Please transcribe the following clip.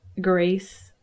grace